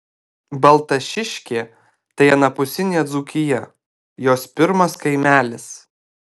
baltašiškė tai anapusinė dzūkija jos pirmas kaimelis